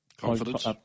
confidence